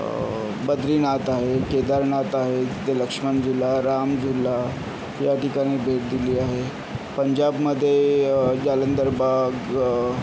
बद्रीनाथ आहे केदारनाथ आहे तिथे लक्ष्मणझुला रामझुला या ठिकाणी भेट दिली आहे पंजाबमध्ये जालंदरबाग